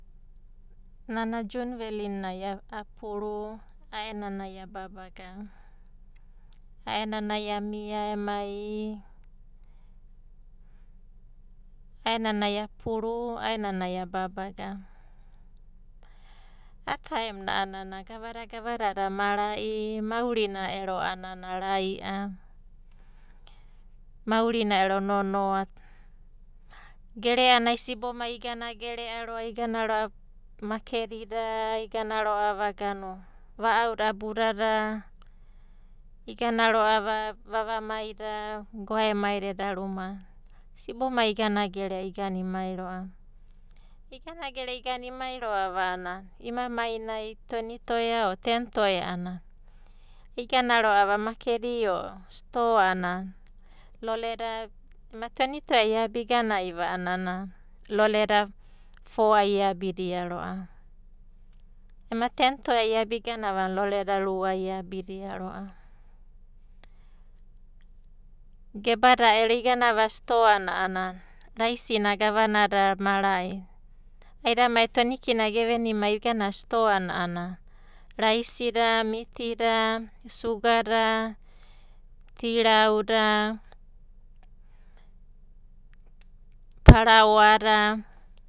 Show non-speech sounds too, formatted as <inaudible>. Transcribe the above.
Nana jun veli nai apuru, a'aenanai a babaga, a'aenanai amia emai, a'aenanai apuru, a'aenanai a babaga. A'a taem nai a'ana gavada gavadada mara'i, maurina ero a'ana rai'a, <hesitation> maurina ero nonoa. Gere'anai sibomai iganagere ro'ava igana ro'ava makedida, igana ro'ava va'auda abudada, igana ro'ava vavamaida, goaemai da eda rumana, sibomai igana gere'a igana, imai ro'ava. Igana gere'a igana, imai ro'ava a'ana imamai na tueni toea a ten toea a'ana, igana ro'ava makedi o stoa a'ana loleda, ema tueni toea iabi iganaiva a'ana loleda foa iabidia ro'ava. Ema ten toea iabi iganava a'ana lole da rua iabidia ro'ava. Gebada ero iganava stoa na a'ana raisi na gavanada mara'i. Aidamaida tueni kina gevenimai igava stoa na a'ana raisi da, miti da, suga da, tirau da, paraoa da.